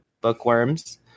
Bookworms